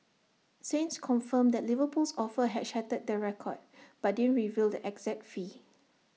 saints confirmed that Liverpool's offer had shattered the record but didn't reveal the exact fee